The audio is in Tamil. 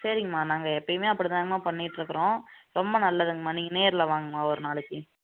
சரிங்மா நாங்கள் எப்பையுமே அப்படி தாங்கமா பண்ணிட்டுருக்கறோம் ரொம்ப நல்லதுங்கமா நீங்கள் நேரில் வாங்க அம்மா ஒரு நாளைக்கு